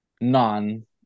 None